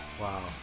wow